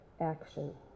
action